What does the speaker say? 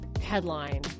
headline